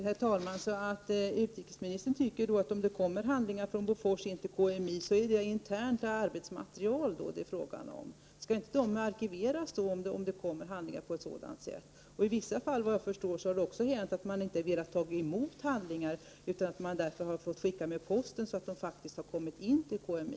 Herr talman! Utrikesministern tycker alltså att det är fråga om internt arbetsmaterial om det kommer in handlingar från Bofors till KMI? Skall inte handlingar som inkommer på ett sådant sätt arkiveras? Vad jag förstår har det i vissa fall hänt att man inte velat ta emot handlingar, utan att de har fått skickas med posten så att de faktiskt har inkommit till KMI.